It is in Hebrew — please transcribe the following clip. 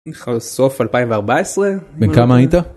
סוף 2014... בן כמה היית?